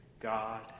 God